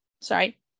sorry